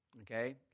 Okay